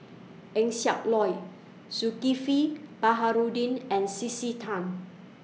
Eng Siak Loy Zulkifli Baharudin and C C Tan